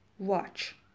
watch